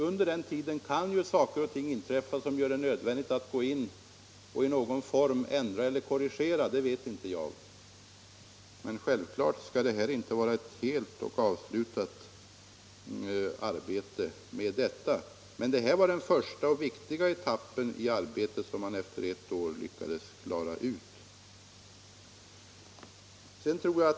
Under den tiden kan saker och ting inträffa som gör det = linjer till övre nödvändigt att gå in och göra ändringar eller korrigeringar — det vet — Norrland inte jag. Självfallet är arbetet inte avslutat med detta. Det här var den viktiga första etappen, som man nu efter ett år klarat.